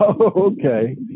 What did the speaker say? okay